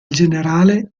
generale